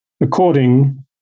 according